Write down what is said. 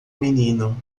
menino